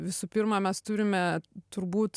visų pirma mes turime turbūt